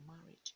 marriage